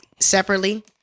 separately